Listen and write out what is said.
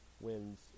wins